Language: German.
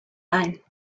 ein